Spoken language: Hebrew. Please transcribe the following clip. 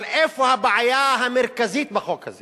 אבל איפה הבעיה המרכזית בחוק הזה